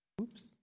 Oops